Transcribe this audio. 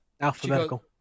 Alphabetical